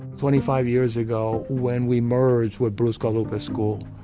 twenty five years ago, when we merged what bruce guadalupe school,